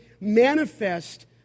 manifest